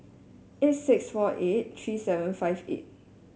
eight six four eight three seven five eight